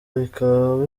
bikaba